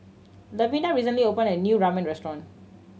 Levina recently opened a new Ramen Restaurant